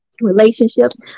relationships